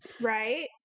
right